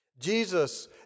Jesus